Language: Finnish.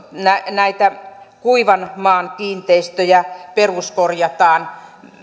näitä kuivanmaan kiinteistöjä peruskorjataan